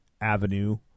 avenue